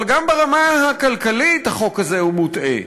אבל גם ברמה הכלכלית החוק הזה מוטעה.